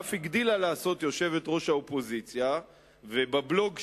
אף הגדילה לעשות יושבת-ראש האופוזיציה ובבלוג שלה,